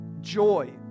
Joy